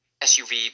SUV